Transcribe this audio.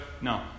No